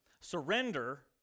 surrender